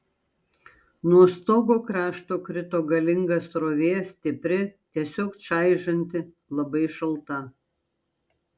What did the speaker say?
nuo stogo krašto krito galinga srovė stipri tiesiog čaižanti labai šalta